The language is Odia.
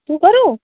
ତୁ କରୁ